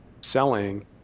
selling